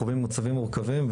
חווים מצבים מורכבים.